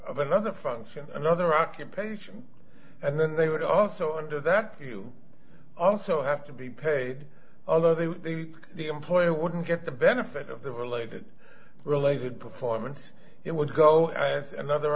of another function another occupation and then they would also under that also have to be paid other than the employer wouldn't get the benefit of the related related performance it would go as another